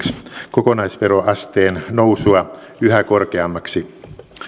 kokonaisveroasteen nousua yhä korkeammaksi